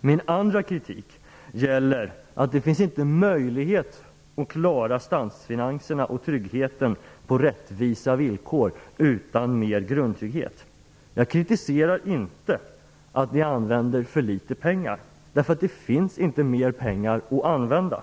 Min kritik gäller för det andra att det inte finns någon möjlighet att klara statsfinanserna och tryggheten på rättvisa villkor utan mer grundtrygghet. Jag kritiserar inte att ni använder för litet pengar, eftersom det inte finns mera pengar att använda.